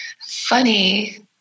funny